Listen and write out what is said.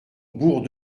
bourg